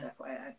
FYI